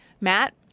Matt